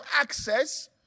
access